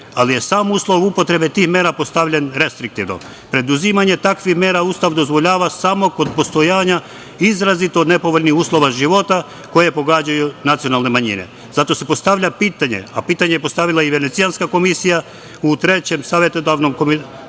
ali je sam uslov upotrebe tih mera postavljen restriktivno. Preduzimanje takvih mera Ustav dozvoljava samo kod postojanja izrazito nepovoljnih uslova života koje pogađaju nacionalne manjine. Zato se postavlja pitanje, a pitanje je postavila i Venecijanska komisija u Trećem izveštaju Savetodavnog komiteta